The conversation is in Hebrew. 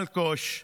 אלקוש,